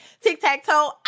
tic-tac-toe